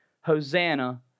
Hosanna